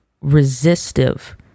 resistive